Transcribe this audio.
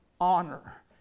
honor